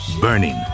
Burning